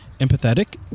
empathetic